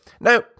now